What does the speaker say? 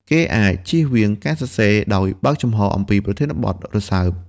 គេអាចជៀសវាងការសរសេរដោយបើកចំហអំពីប្រធានបទរសើប។